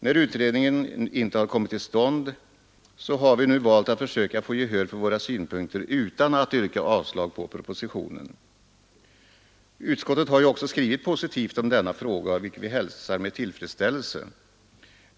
När utredningen inte har kommit till stånd så har vi nu valt att söka få gehör för våra synpunkter utan att yrka avslag på propositionen. Utskottet har ju också skrivit positivt om denna fråga, vilket vi hälsar med tillfredsställelse.